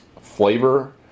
flavor